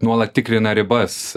nuolat tikrina ribas